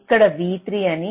ఇక్కడ v3 అని